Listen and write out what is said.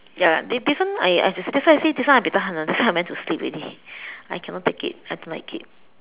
ya this this one I I I that's why I say this one I buay tahan [one] that's why I went to sleep already I cannot take it I don't like it